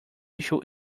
issue